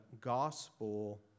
gospel